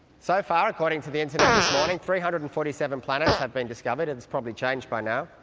so far, according to the internet this morning, three hundred and forty seven planets have been discovered, and it's probably changed by now.